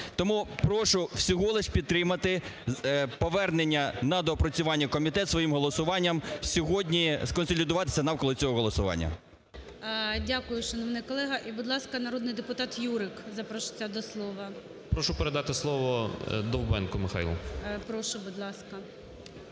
Тому прошу всього-лише підтримати повернення на доопрацювання в комітет своїм голосуванням, сьогодні сконсолідуватися навколо цього голосування. ГОЛОВУЮЧИЙ. Дякую, шановний колего. І, будь ласка, народний депутат Юрик запрошується до слова. 16:37:11 ЮРИК Т.З. Прошу передати слово Довбенку Михайлу. ГОЛОВУЮЧИЙ. Прошу, будь ласка.